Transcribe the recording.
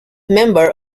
member